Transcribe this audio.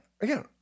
again